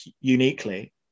uniquely